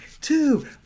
two